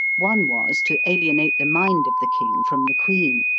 one was, to alienate the mind of the king from the queen.